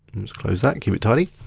close that, keep it tidy.